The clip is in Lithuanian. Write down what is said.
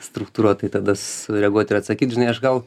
struktūruotai tada sureaguot ir atsakyti žinai aš gal